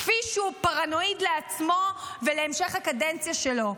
כפי שהוא פרנואיד לעצמו ולהמשך הקדנציה שלו.